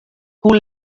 hoe